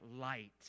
light